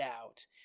out